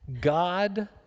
God